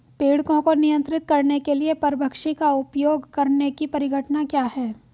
पीड़कों को नियंत्रित करने के लिए परभक्षी का उपयोग करने की परिघटना क्या है?